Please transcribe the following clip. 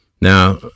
Now